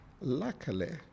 luckily